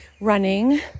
running